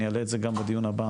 אני אעלה את זה גם בדיון הבא